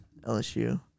LSU